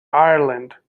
ireland